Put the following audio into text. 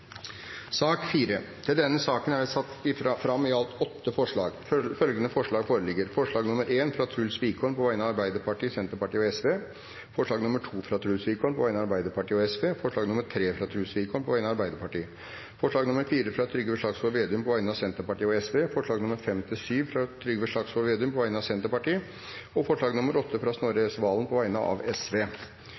forslag nr. 1, fra Truls Wickholm på vegne av Arbeiderpartiet, Senterpartiet og Sosialistisk Venstreparti forslag nr. 2, fra Truls Wickholm på vegne av Arbeiderpartiet og Sosialistisk Venstreparti forslag nr. 3, fra Truls Wickholm på vegne av Arbeiderpartiet forslag nr. 4, fra Trygve Slagsvold Vedum på vegne av Senterpartiet og Sosialistisk Venstreparti forslagene nr. 5–7, fra Trygve Slagsvold Vedum på vegne av Senterpartiet forslag nr. 8, fra Snorre Serigstad Valen på vegne av